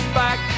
back